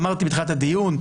אמרתי בתחילת הדיון,